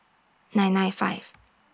nine nine five